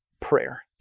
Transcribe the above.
prayer